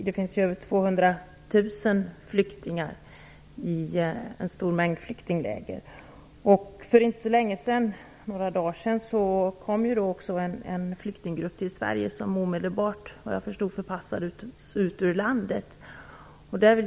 Det finns över 200 000 flyktingar i en stor mängd flyktingläger. För några dagar sedan kom också en flyktinggrupp till Sverige. Såvitt jag förstår förpassades den omedelbart ut ur landet.